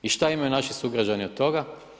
I šta imaju naši sugrađani od toga?